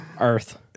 Earth